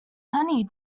honey